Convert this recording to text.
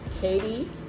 Katie